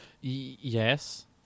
Yes